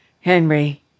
Henry